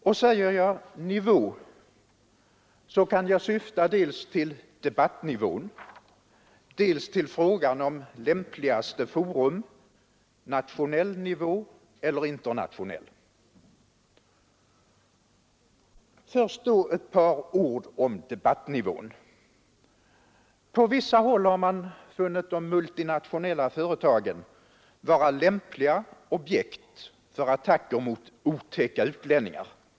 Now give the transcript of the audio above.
Och säger jag ”nivå”, så kan jag syfta dels till debattnivån, dels till frågan om lämpligaste forum — nationell nivå eller internationell. Först då ett par ord om debattnivån. På vissa håll har man funnit de multinationella företagen vara lämpliga objekt för attacker mot ”otäcka utlänningar”.